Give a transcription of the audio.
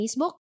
Facebook